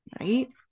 right